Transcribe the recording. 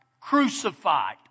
crucified